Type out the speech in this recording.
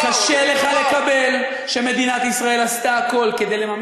אז אני אומר וואו.